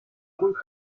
culto